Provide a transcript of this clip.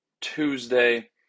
Tuesday